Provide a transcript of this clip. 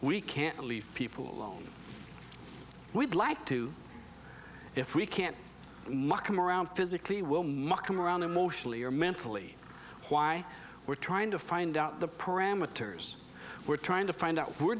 we can't leave people alone we'd like to if we can't markham around physically will come around emotionally or mentally why we're trying to find out the parameters we're trying to find out we're